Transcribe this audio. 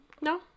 No